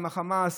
עם החמאס,